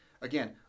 again